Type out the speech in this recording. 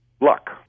luck